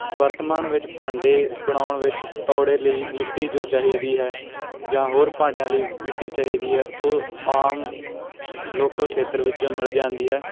ਵਰਤਮਾਨ ਵਿੱਚ ਭਾਂਡੇ ਬਣਾਉਣ ਵਿੱਚ ਤੌੜੇ ਲਈ ਮਿੱਟੀ ਜੋ ਚਾਹੀਦੀ ਹੈ ਜਾਂ ਹੋਰ ਭਾਂਡਿਆਂ ਲਈ ਮਿੱਟੀ ਚਾਹੀਦੀ ਹੈ ਉਹ ਆਮ ਲੋਕਲ ਖ਼ੇਤਰ ਵਿੱਚੋਂ ਮਿਲ ਜਾਂਦੀ ਹੈ